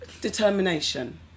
Determination